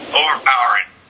overpowering